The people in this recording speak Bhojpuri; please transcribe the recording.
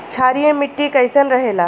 क्षारीय मिट्टी कईसन रहेला?